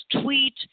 tweet